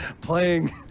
playing